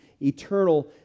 eternal